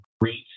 great